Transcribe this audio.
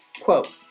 Quote